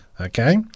Okay